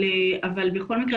בכל מקרה,